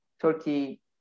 Turkey